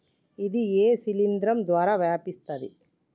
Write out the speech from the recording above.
ఇది ఏ శిలింద్రం ద్వారా వ్యాపిస్తది?